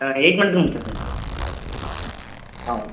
ஆ eight மந்த்ல முடிச்சேன் sir ஆ